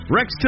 Rex